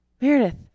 Meredith